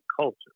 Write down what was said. culture